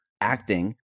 acting